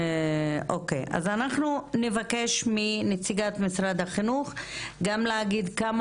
אנחנו נבקש מנציגת משרד החינוך להגיד כמה